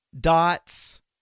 Dots